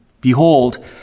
Behold